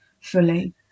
fully